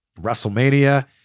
WrestleMania